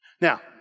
Now